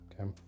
okay